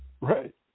Right